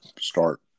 start